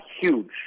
huge